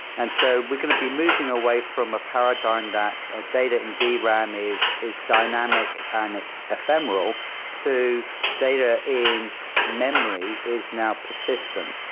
and so we could be moving away from a paradigm that a data in dram is is dynamic and ephemeral to data in memory is now persistent.